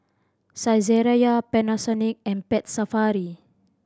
Saizeriya Panasonic and Pet Safari